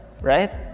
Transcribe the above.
right